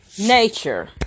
Nature